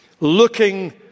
looking